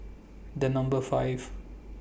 The Number five